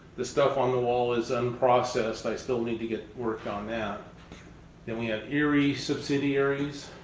the stuff on the wall is unprocessed. i still need to get work on that. then we have erie subsidiaries.